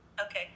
Okay